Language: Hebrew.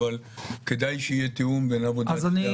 אבל כדאי שיהיה תיאום בעבודת שתי הוועדות.